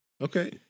Okay